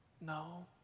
no